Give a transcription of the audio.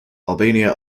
albania